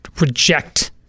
reject